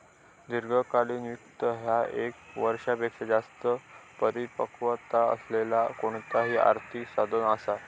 दीर्घकालीन वित्त ह्या ये क वर्षापेक्षो जास्त परिपक्वता असलेला कोणताही आर्थिक साधन असा